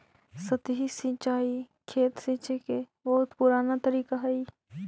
सतही सिंचाई खेत सींचे के बहुत पुराना तरीका हइ